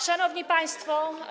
Szanowni Państwo!